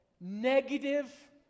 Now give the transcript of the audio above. negative